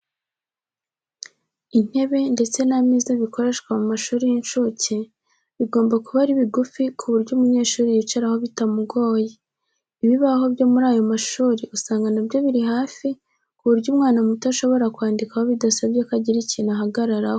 Intebe ndetse n'ameza bikoreshwa mu mashuri y'inshuke bigomba kuba ari bigufi ku buryo umunyeshuri yicaraho bitamugoye. Ibibaho byo muri ayo mashuri usanga na byo biri hafi ku buryo umwana muto ashobora kwandikaho bidasabye ko agira ikintu ahagararaho.